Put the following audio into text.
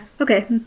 Okay